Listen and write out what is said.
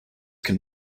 can